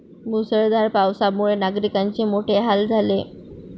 मुसळधार पावसामुळे नागरिकांचे मोठे हाल झाले